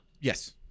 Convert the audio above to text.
Yes